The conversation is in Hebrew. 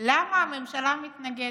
למה הממשלה מתנגדת.